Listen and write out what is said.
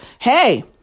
Hey